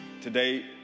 today